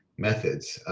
methods.